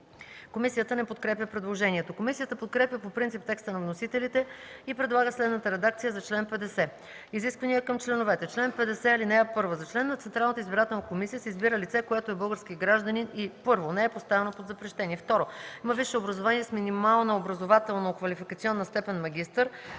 Комисията не подкрепя предложението. Комисията подкрепя по принцип текста на вносителите и предлага следната редакция за чл. 50: Изисквания към членовете Чл. 50. (1) За член на Централната избирателна комисия се избира лице, което е български гражданин и: 1. не е поставено под запрещение; 2. има висше образование с минимална образователно-квалификационна степен „магистър”;